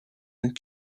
and